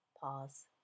pause